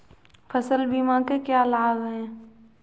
फसल बीमा के क्या लाभ हैं?